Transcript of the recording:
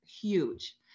huge